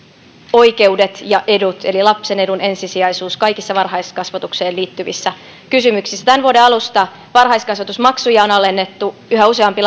oikeudet ja edut eli lapsen edun ensisijaisuus kaikissa varhaiskasvatukseen liittyvissä kysymyksissä tämän vuoden alusta varhaiskasvatusmaksuja on alennettu yhä useampi